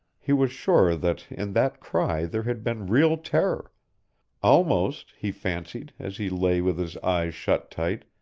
he was sure that in that cry there had been real terror almost, he fancied, as he lay with his eyes shut tight,